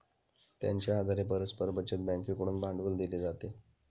त्यांच्या आधारे परस्पर बचत बँकेकडून भांडवल दिले जाते